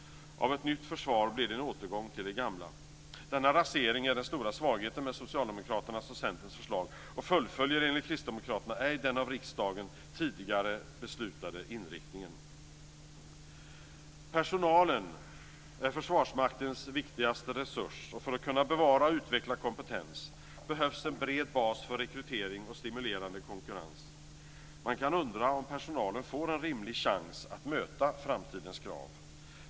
Av ett nytt försvar blev det en återgång till det gamla! Denna rasering är den stora svagheten med Socialdemokraternas och Centerns förslag och därmed fullföljs enligt Kristdemokraterna ej den av riksdagen tidigare beslutade inriktningen. Personalen är Försvarsmaktens viktigaste resurs, och för att kunna bevara och utveckla kompetens behövs det en bred bas för rekrytering och stimulerande konkurrens. Man kan undra om personalen får en rimlig chans att möta framtidens krav.